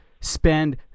spend